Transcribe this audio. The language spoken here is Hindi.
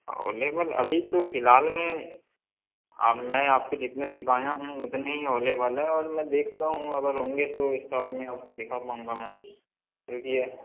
अवेलेबल अभी तो फ़िलहाल में मैं आपको जितने दिखाया हूँ उतने ही अवेलेबल हैं और मैं देखता हूँ अगर होंगे तो स्टॉक में आपको दिखा पाउँगा मैं रुकिए